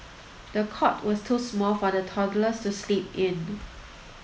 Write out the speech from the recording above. the cot was too small for the toddler to sleep in